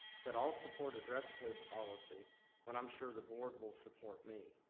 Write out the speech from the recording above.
said, i'll support a dress code policy when i'm sure the board will support me.